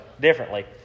Differently